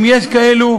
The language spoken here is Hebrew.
אם יש כאלה,